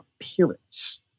appearance